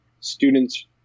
students